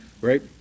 right